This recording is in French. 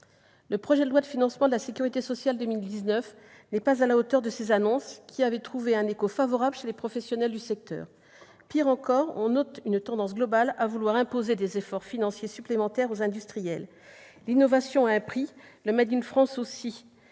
Le projet de loi de financement de la sécurité sociale pour 2019 n'est pas à la hauteur de ces annonces, qui avaient trouvé un écho favorable chez les professionnels du secteur. Pis, on note une tendance globale à vouloir imposer des efforts financiers supplémentaires aux industriels. L'innovation a un prix, le aussi.